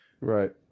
right